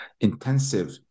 intensive